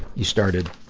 you started,